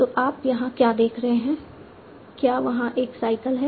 तो आप यहाँ क्या देख रहे हैं क्या वहाँ एक साइकल है